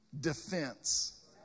defense